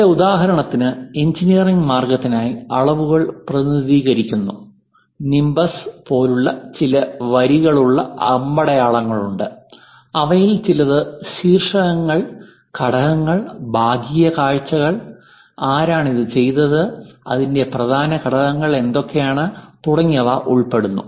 ഇവിടെ ഉദാഹരണത്തിന് എഞ്ചിനീയറിംഗ് മാർഗത്തിനായി അളവുകൾ പ്രതിനിധീകരിക്കുന്ന നിംബസ് പോലുള്ള ചില വരികളുള്ള അമ്പടയാളങ്ങളുണ്ട് അവയിൽ ചിലത് ശീർഷകങ്ങൾ ഘടകങ്ങൾ ഭാഗീയ കാഴ്ചകൾ ആരാണ് ഇത് ചെയ്തത് അതിന്റെ പ്രധാന ഘടകങ്ങൾ എന്തൊക്കെയാണ് തുടങ്ങിയവ ഉൾപ്പെടുന്നു